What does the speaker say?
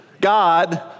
God